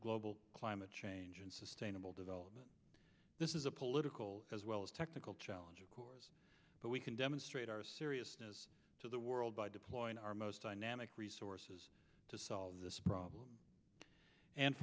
global climate change and sustainable development this is a political as well as technical challenge of course but we can demonstrate our seriousness to the world by deploying our most dynamic resources to solve this problem and